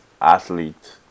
athlete